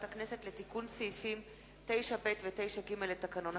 הכנסת לתיקון סעיפים 9ב ו-9ג לתקנון הכנסת.